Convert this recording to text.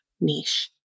niche